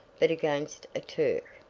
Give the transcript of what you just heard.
but against a turk.